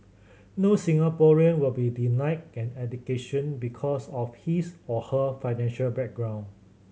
no Singaporean will be denied an education because of his or her financial background